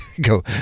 Go